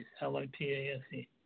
L-I-P-A-S-E